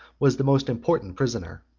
was the most important prisoner.